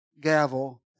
gavel